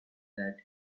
that